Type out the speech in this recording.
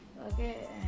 Okay